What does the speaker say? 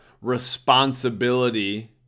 responsibility